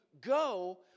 go